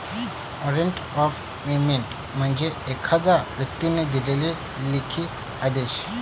warrant of payment म्हणजे एखाद्या व्यक्तीने दिलेला लेखी आदेश